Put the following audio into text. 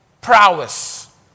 prowess